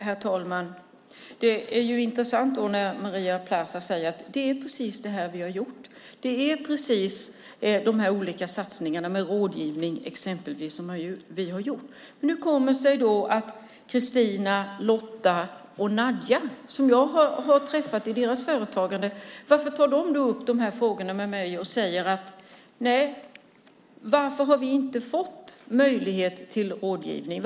Herr talman! Det är intressant när Maria Plass säger att det är precis det här vi har gjort. Det är precis de här olika satsningarna med exempelvis rådgivning som vi har gjort. Hur kommer det sig då att Kristina, Lotta och Nadja, som jag har träffat i deras företagande, tar upp de här frågorna med mig? Varför har vi inte fått möjlighet till rådgivning?